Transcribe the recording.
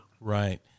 Right